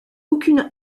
aucune